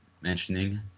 mentioning